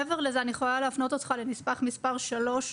מעבר לזה, אני יכולה להפנות אותך לנספח מספר 3,